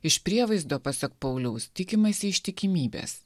iš prievaizdo pasak pauliaus tikimasi ištikimybės